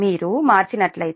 మీరు మార్చినట్లయితే అది 0